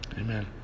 Amen